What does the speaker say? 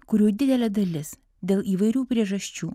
kurių didelė dalis dėl įvairių priežasčių